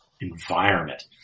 environment